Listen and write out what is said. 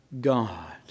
God